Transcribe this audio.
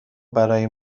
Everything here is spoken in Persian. برای